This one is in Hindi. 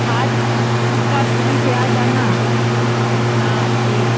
आठ सब घूम कर आ जाना हाँ ठीक